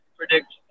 predict